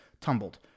tumbled